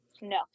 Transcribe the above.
No